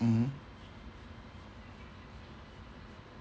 mmhmm